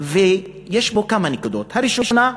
שיש בו כמה נקודות: הראשונה,